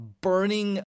burning